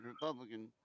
republican